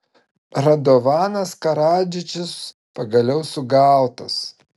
radovanas karadžičius pagaliau sugautas